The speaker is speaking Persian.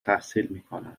تحصیل